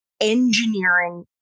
engineering